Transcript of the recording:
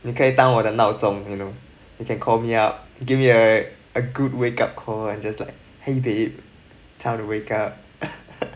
你可以当我的闹钟 you know you can call me up give me a good wake up call and just like !hey! babe time to wake up